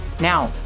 now